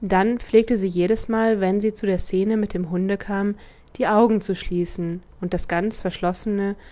dann pflegte sie jedesmal wenn sie zu der szene mit dem hunde kam die augen zu schließen und das ganz verschlossene